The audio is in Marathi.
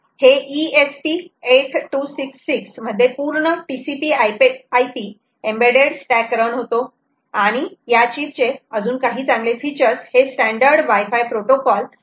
हे ESP 8266 मध्ये पूर्ण TCP IP embedded stack run होतो आणि या चीप चे काही चांगले फीचर्स हे स्टॅंडर्ड वाय फाय प्रोटोकॉल 802